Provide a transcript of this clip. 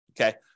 okay